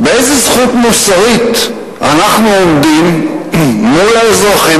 באיזה זכות מוסרית אנחנו עומדים מול האזרחים